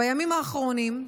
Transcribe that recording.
בימים האחרונים,